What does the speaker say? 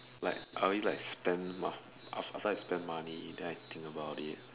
like I only like spend af~ after I spend money than I think about it